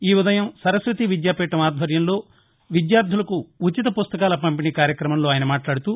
ఈ ఉదయం సరస్వతి విద్య పీఠం ఆధ్వర్యంలో విద్యార్థులకు ఉచిత పుస్తకాల పంపిణీ కార్యక్రమం లో ఆయన మాట్లాడుతూ